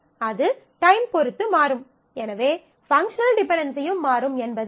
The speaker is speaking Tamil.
அது டைம் பொறுத்து மாறும் எனவே பங்க்ஷனல் டிபென்டென்சியும் மாறும் என்பது உண்மை